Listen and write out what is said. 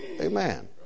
Amen